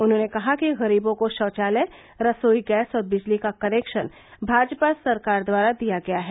उन्होंने कहा कि गरीबों को शौचालय रसोई गैस और बिजली का कनेक्शन भाजपा सरकार द्वारा दिया गया है